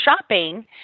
shopping